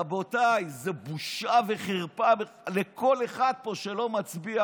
רבותיי, זו בושה וחרפה לכל אחד פה שלא מצביע.